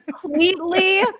Completely